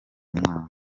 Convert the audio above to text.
mwaka